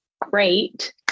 great